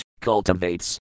cultivates